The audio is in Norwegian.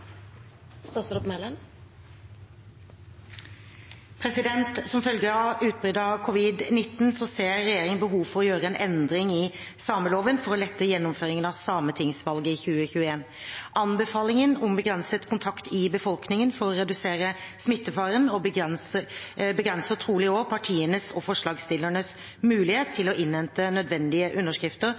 Som følge av utbruddet av covid-19 ser regjeringen behov for å gjøre en endring i sameloven for å lette gjennomføringen av sametingsvalget i 2021. Anbefalingen om begrenset kontakt i befolkningen for å redusere smittefaren begrenser trolig også partienes og forslagsstillernes mulighet til å innhente nødvendige underskrifter